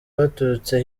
baturutse